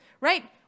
right